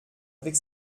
avec